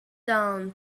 down